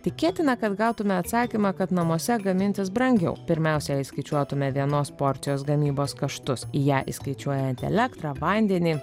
tikėtina kad gautume atsakymą kad namuose gamintis brangiau pirmiausia jei skaičiuotume vienos porcijos gamybos kaštus į ją įskaičiuojant elektrą vandenį